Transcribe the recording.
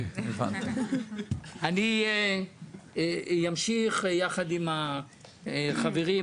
אני אמשיך יחד עם החברים,